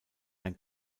ein